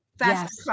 Yes